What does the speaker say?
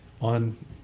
on